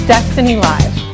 DestinyLive